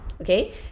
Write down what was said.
Okay